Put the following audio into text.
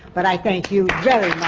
but i thank you very